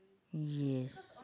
yes